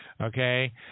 okay